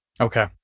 Okay